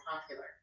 popular